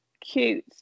cute